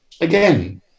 Again